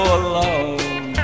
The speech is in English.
alone